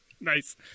Nice